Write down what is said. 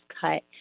cut